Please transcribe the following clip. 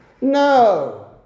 No